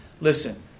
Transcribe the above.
Listen